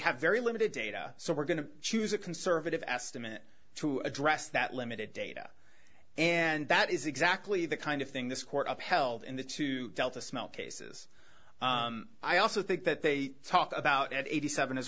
have very limited data so we're going to choose a conservative estimate to address that limited data and that is exactly the kind of thing this court upheld in the two delta smelt cases i also think that they talked about at eighty seven as